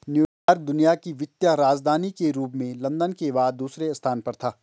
New York दुनिया की वित्तीय राजधानी के रूप में लंदन के बाद दूसरे स्थान पर था